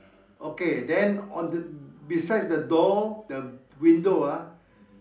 okay then on the besides the door the window ah